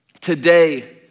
Today